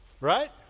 Right